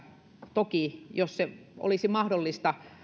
toki jos se olisi mahdollista